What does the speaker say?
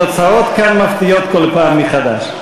התוצאות כאן מפתיעות כל פעם מחדש.